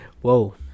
Whoa